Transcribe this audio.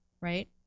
right